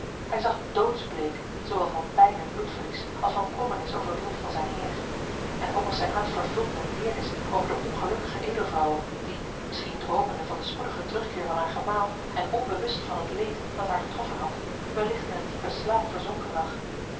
hij zag doodsbleek zoowel van pijn en bloedverlies als van kommernis over het lot van zijn heer en ook was zijn hart vervuld met deernis over de ongelukkige edelvrouwe die misschien droomende van den spoedigen terugkeer van haar gemaal en onbewust van het leed dat haar getroffen had wellicht in een diepen slaap verzonken lag